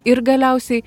ir galiausiai